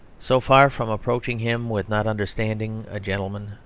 so far from reproaching him with not understanding a gentleman,